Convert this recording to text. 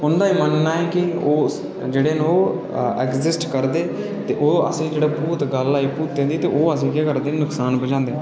उं'दा एह् मन्नना ऐ की जेह्ड़े न ओह् एग्ज़िस्ट करदे ते ओह् अस जेह्ड़े भूत गल्ल आई भूतें दी ते ओह् अस ओह् केह् करदे नुक्सान पजांदे